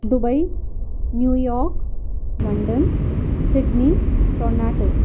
Dubai New York London Sydney Toronto